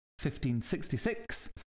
1566